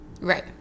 Right